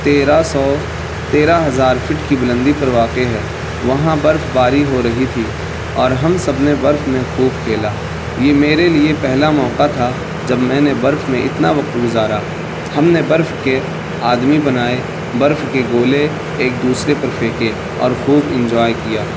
تیرہ سو تیرہ ہزار فٹ کی بلندی پر واقع ہے وہاں برف باری ہو رہی تھی اور ہم سب نے برف میں خوب کھیلا یہ میرے لیے پہلا موقع تھا جب میں نے برف میں اتنا وقت گزارا ہم نے برف کے آدمی بنائے برف کے گولے ایک دوسرے پر پھینکے اور خوب انجوائے کیا